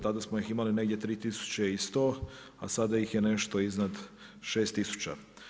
Tada smo ih imali negdje 3100, a sada ih ne nešto iznad 6000.